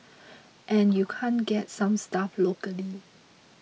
and you can't get some stuff locally